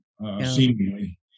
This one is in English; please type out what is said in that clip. seemingly